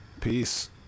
peace